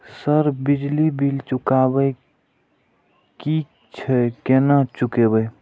Sir बिजली bill चुकाबे की छे केना चुकेबे?